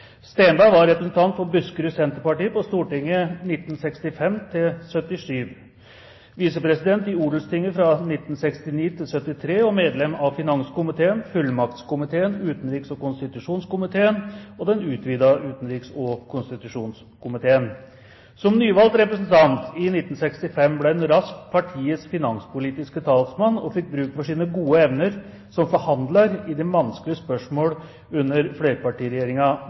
Steenberg var representant for Buskerud Senterparti på Stortinget 1965–1977, visepresident i Odelstinget 1969–1973 og medlem av finanskomiteen, fullmaktskomiteen, utenriks- og konstitusjonskomiteen og den utvidede utenriks- og konstitusjonskomite. Som nyvalgt representant i 1965 ble han raskt partiets finanspolitiske talsmann og fikk bruk for sine gode evner som forhandler i vanskelige spørsmål under